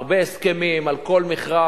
הרבה הסכמים על כל מכרז.